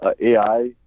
AI